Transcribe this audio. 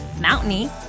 mountainy